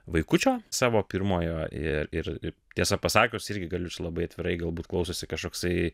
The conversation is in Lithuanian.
vaikučio savo pirmojo ir ir tiesą pasakius irgi galiu čia labai atvirai galbūt klausosi kažkoksai